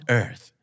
earth